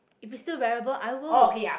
if it's still wearable i will